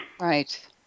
right